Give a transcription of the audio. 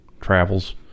travels